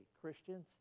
Christians